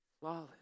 flawless